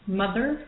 mother